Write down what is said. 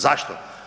Zašto?